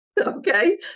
Okay